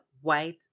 white